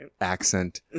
accent